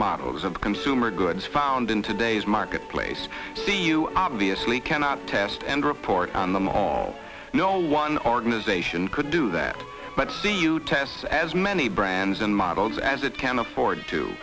models of consumer goods found in today's marketplace see you obviously cannot test and report on them all no one organization could do that but see you test as many brands and models as it can afford to